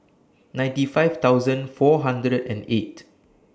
ninety five thousand four hundred and eight